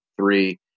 three